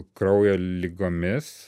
kraujo ligomis